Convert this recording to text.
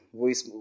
voice